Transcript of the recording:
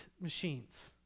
machines